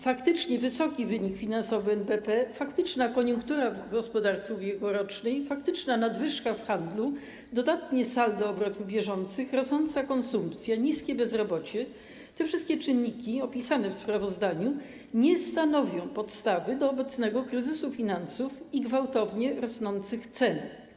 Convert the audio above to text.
Faktycznie wysoki wynik finansowy NBP, faktyczna koniunktura w gospodarce ubiegłorocznej, faktyczna nadwyżka w handlu, dodatnie saldo obrotów bieżących, rosnąca konsumpcja, niskie bezrobocie - te wszystkie czynniki opisane w sprawozdaniu nie stanowią podstawy do obecnego kryzysu finansów i gwałtownie rosnących cen.